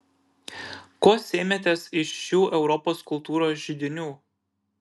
ko sėmėtės iš šių europos kultūros židinių